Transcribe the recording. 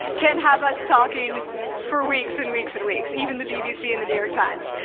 can have us talking for weeks and weeks and weeks. even the bbc and the new york times.